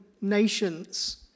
nations